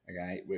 Okay